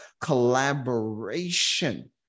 collaboration